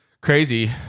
Crazy